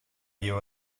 you